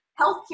Healthcare